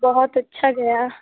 बहुत अच्छा गया